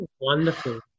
Wonderful